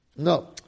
No